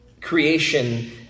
creation